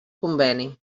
conveni